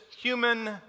human